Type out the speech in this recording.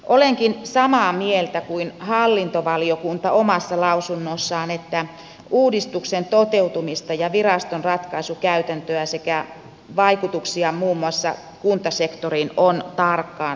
olenkin samaa mieltä kuin hallintovaliokunta omassa lausunnossaan että uudistuksen toteutumista ja viraston ratkaisukäytäntöä sekä vaikutuksia muun muassa kuntasektoriin on tarkkaan seurattava